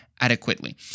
adequately